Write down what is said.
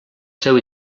seu